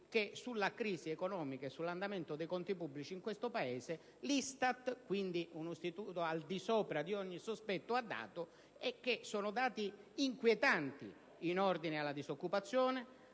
dati sulla crisi economica e sull'andamento dei conti pubblici in questo Paese che l'ISTAT, quindi un istituto al di sopra di ogni sospetto, ha fornito, e che sono dati inquietanti in ordine alla disoccupazione,